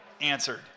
answered